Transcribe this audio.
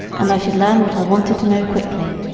and i should learn what i wanted to know quickly